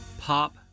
pop